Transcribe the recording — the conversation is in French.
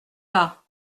pas